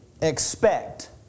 expect